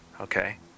Okay